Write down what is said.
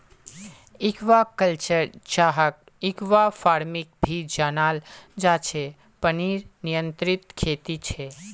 aquaculture, जहाक aquafarming भी जनाल जा छे पनीर नियंत्रित खेती छे